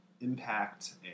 impact